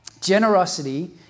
generosity